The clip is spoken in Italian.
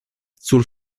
sul